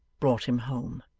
brought him home.